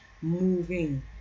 moving